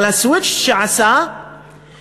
אבל הסוויץ' שהוא עשה ממדיניות